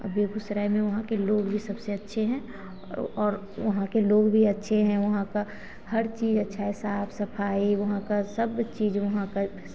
बेगूसराय में वहाँ के लोग भी सबसे अच्छे हैं और वहाँ के लोग भी अच्छे हैं वहाँ का हर चीज अच्छा है साफ सफाई वहाँ का सब चीज वहाँ का